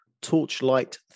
torchlight